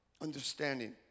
understanding